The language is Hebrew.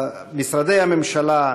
משרדי הממשלה,